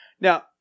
Now